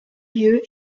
lieu